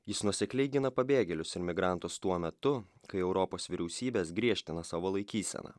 jis nuosekliai gina pabėgėlius ir migrantus tuo metu kai europos vyriausybės griežtina savo laikyseną